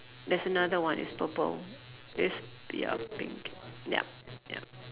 there's another one it's purple it's ya pink ya ya